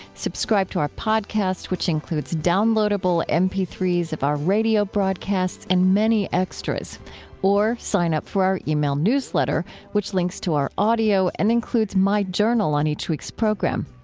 subscribe to our podcast, which includes downloadable m p three s of our radio broadcast and many extras or sign up for our yeah e-mail newsletter which links to our audio and includes my journal on each week's program.